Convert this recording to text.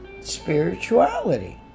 spirituality